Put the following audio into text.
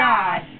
God